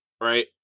right